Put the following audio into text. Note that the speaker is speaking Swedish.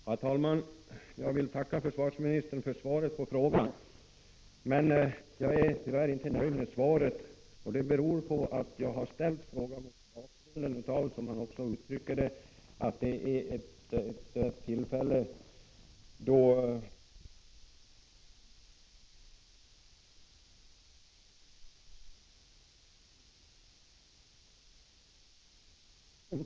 Herr talman! Jag tackar försvarsministern för svaret på frågan, men jag är tyvärr inte nöjd med det. Det beror på att jag har ställt frågan mot bakgrund av att den planerade fälttjänstövningen skall genomföras vid en tidpunkt då vägarna i området är mycket hårt belastade.